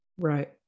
Right